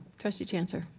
trustee chancer?